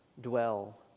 dwell